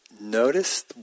Notice